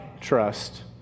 trust